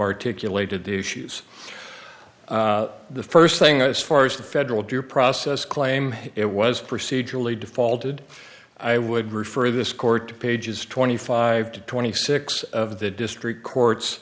articulated the issues the first thing as far as the federal due process claim it was procedurally defaulted i would refer this court to pages twenty five to twenty six of the district court's